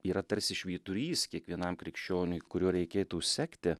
yra tarsi švyturys kiekvienam krikščioniui kuriuo reikėtų sekti